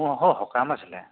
অঁ হয় সকাম আছিলে